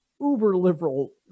uber-liberal